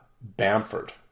Bamford